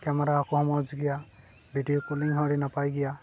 camera ᱠᱚᱦᱚᱸ ᱢᱚᱡᱽ ᱜᱮᱭᱟ ᱵᱷᱤᱰᱤᱭᱳ ᱠᱩᱞᱤᱝ ᱦᱚᱸ ᱟᱹᱰᱤ ᱱᱟᱯᱟᱭ ᱜᱮᱭᱟ